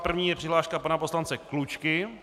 První je přihláška pana poslance Klučky.